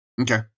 Okay